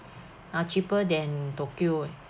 are cheaper than tokyo eh